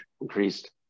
increased